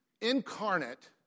incarnate